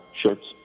shirts